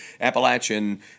Appalachian